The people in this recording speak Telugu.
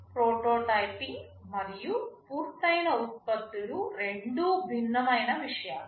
ప్రోటోటైపింగ్ మరియు పూర్తయిన ఉత్పత్తులు రెండు భిన్నమైన విషయాలు